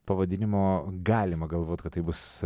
pavadinimo galima galvot kad tai bus